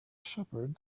shepherd